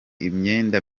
imyenda